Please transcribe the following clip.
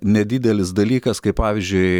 nedidelis dalykas kaip pavyzdžiui